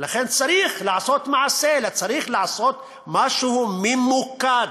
ולכן, צריך לעשות מעשה, צריך לעשות משהו ממוקד,